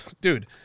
Dude